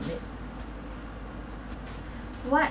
what